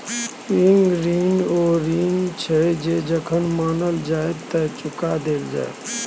मांग ऋण ओ ऋण छै जे जखन माँगल जाइ तए चुका देल जाय